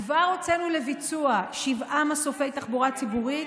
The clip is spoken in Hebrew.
כבר הוצאנו לביצוע שבעה מסופי תחבורה ציבורית,